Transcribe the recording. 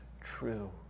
true